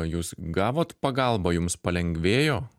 jūs gavot pagalbą jums palengvėjo